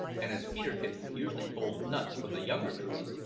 and as peterkin usually pulled nuts from the younger trees,